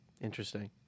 Interesting